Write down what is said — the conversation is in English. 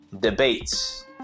debates